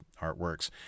artworks